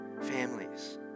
families